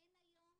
אין היום